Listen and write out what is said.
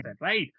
right